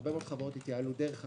הרבה מאוד חברות התייעלו דרך הקורונה,